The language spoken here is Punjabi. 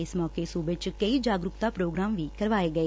ਇਸ ਮੌਕੇ ਸੁਬੇ ਚ ਕਈ ਜਾਗਰੁਕਤਾ ਪੌਗਰਾਮ ਵੀ ਕਰਵਾਏ ਗਏ